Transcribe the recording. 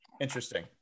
Interesting